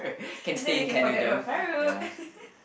and then we can forget about Farouk